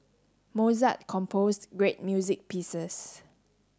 Mozart composed great music pieces